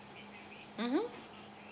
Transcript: mmhmm